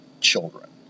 children